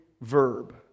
verb